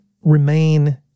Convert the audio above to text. remain